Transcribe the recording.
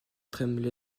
tremblay